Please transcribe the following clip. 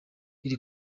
iri